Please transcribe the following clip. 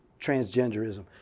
transgenderism